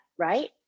Right